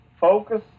Focus